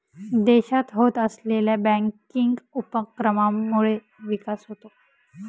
देशात होत असलेल्या बँकिंग उपक्रमांमुळे विकास होतो